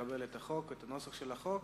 ולקבל את נוסח החוק,